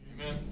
Amen